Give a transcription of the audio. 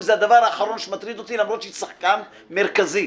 במובן הראשון,